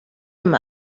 him